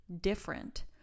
different